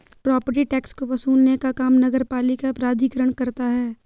property tax को वसूलने का काम नगरपालिका प्राधिकरण करता है